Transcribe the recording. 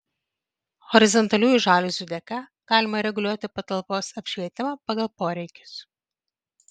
horizontaliųjų žaliuzių dėka galima reguliuoti patalpos apšvietimą pagal poreikius